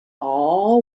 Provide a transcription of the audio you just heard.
all